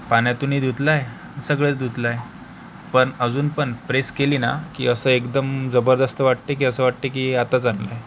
पाण्यातूनही धुतलं आहे सगळंच धुतलं आहे पण अजूनपण प्रेस केली ना की असं एकदम जबरदस्त वाटते की असं वाटते की आताच आणलं आहे